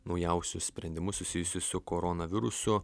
naujausius sprendimus susijusius su koronavirusu